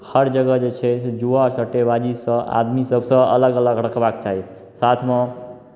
हर जगह जे छै से जुआ आओर सट्टेबाजीसँ आदमी सभसँ अलग अलग रखबाक चाही साथमे